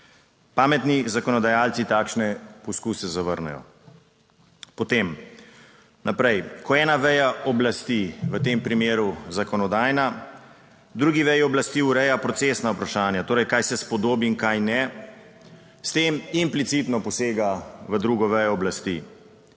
Pametni zakonodajalci takšne poskuse zavrnejo. Potem naprej, ko je ena veja oblasti, v tem primeru zakonodajna, drugi veji oblasti ureja procesna vprašanja, torej kaj se spodobi in kaj ne, s tem implicitno posega v drugo vejo oblasti.